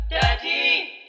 Daddy